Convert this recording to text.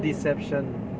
deception